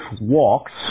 walks